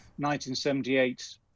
1978